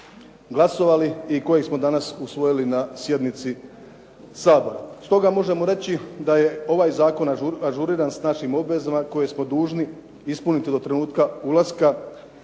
glasovali i kojeg smo danas usvojili na sjednici Sabora. Stoga možemo reći da je ovaj zakon ažuriran s našim obvezama koje smo dužni ispuniti do trenutka ulaska